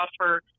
offer